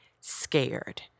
scared